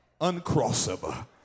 uncrossable